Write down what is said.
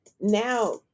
now